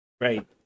Right